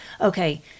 Okay